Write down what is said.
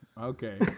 okay